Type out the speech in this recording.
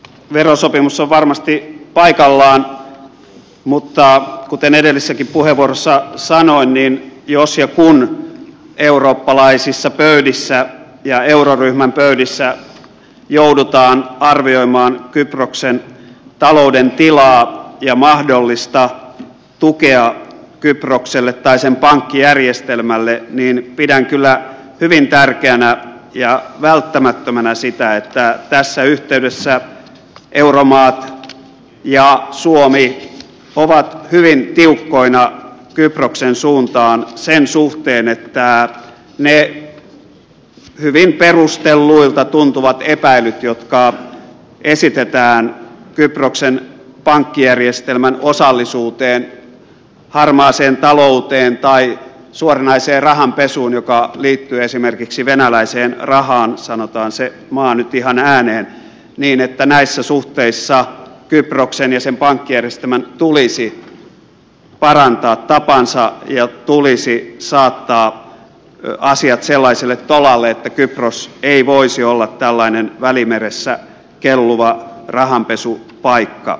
verosopimus on varmasti paikallaan mutta kuten edellisessäkin puheenvuorossa sanoin niin jos ja kun eurooppalaisissa pöydissä ja euroryhmän pöydissä joudutaan arvioimaan kyproksen talouden tilaa ja mahdollista tukea kyprokselle tai sen pankkijärjestelmälle pidän kyllä hyvin tärkeänä ja välttämättömänä sitä että tässä yhteydessä euromaat ja suomi ovat hyvin tiukkoina kyproksen suuntaan niiden hyvin perustelluilta tuntuvien epäilyjen suhteen joita esitetään kyproksen pankkijärjestelmän osallisuudesta harmaaseen talouteen tai suoranaiseen rahanpesuun joka liittyy esimerkiksi venäläiseen rahaan sanotaan se maa nyt ihan ääneen niin että näissä suhteissa kyproksen ja sen pankkijärjestelmän tulisi parantaa tapansa ja saattaa asiat sellaiselle tolalle että kypros ei voisi olla tällainen välimeressä kelluva rahanpesupaikka